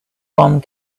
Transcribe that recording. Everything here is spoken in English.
one